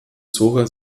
zora